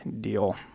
deal